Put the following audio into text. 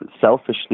selfishly